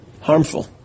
harmful